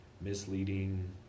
misleading